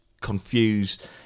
confuse